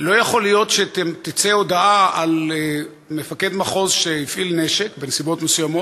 לא יכול להיות שתצא הודעה על מפקד מחוז שהפעיל נשק בנסיבות מסוימות,